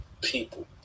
people